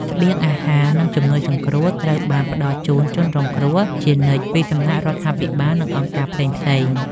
ស្បៀងអាហារ និងជំនួយសង្គ្រោះត្រូវបានផ្តល់ជូនជនរងគ្រោះជានិច្ចពីសំណាក់រដ្ឋាភិបាល និងអង្គការផ្សេងៗ។